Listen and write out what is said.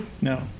no